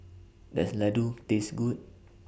Does Laddu Taste Good